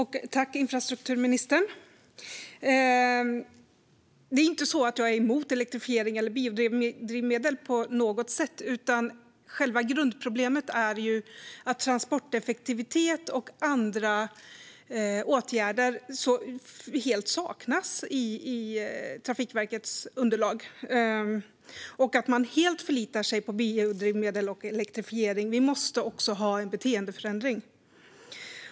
Herr talman! Jag är inte på något sätt emot elektrifiering eller biodrivmedel, utan själva grundproblemet är att transporteffektivitet och andra åtgärder helt saknas i Trafikverkets underlag. Man förlitar sig helt på biodrivmedel och elektrifiering, men vi måste också ha en beteendeförändring.